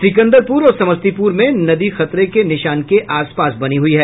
सिकन्दरपुर और समस्तीपुर में नदी खतरे के निशान के आसपास बनी हुई है